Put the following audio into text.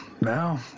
Now